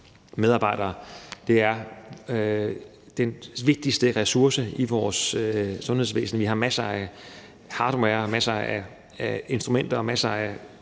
Det er den vigtigste ressource i vores sundhedsvæsen. Vi har masser af hardware, masser af instrumenter og masser af